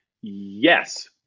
yes